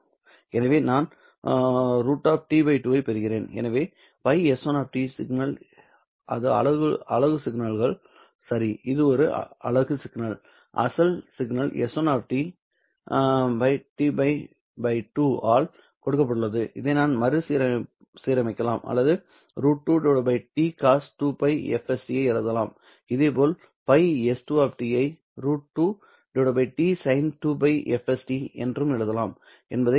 எனவே நான் √T 2 ஐப் பெறுகிறேன் எனவே ϕS1 சிக்னல் இது அலகுகள் சிக்னல் சரி இது ஒரு அலகு சிக்னல் அசல் சிக்னல் s1 ¿ T 2 ஆல் கொடுக்கப்பட்டுள்ளது இதை நான் மறுசீரமைக்கலாம் மற்றும் √2 T cos 2πfst ஐ எழுதலாம் இதேபோல் ϕS2 ஐ √2 T sin 2πfst என்றும் எழுதலாம் என்பதைக் காட்டலாம்